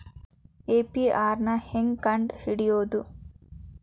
APR ನ ಹೆಂಗ್ ಕಂಡ್ ಹಿಡಿಯೋದು?